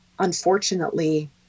unfortunately